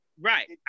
Right